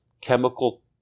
chemical